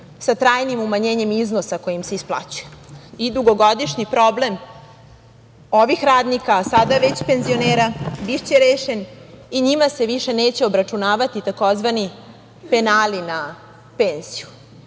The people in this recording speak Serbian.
sa trajnim umanjenjem iznosa kojim se isplaćuje. Dugogodišnji problem ovih radnika sada već penzionera, biće rešen i njima se više neće obračunavati tzv. penali na penziju. Svi